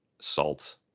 salt